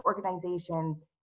organizations